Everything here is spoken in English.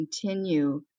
continue